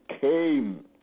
came